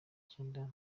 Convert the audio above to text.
icyenda